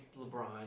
LeBron